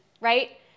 right